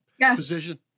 position